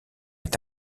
est